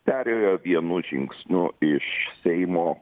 perėjo vienu žingsniu iš seimo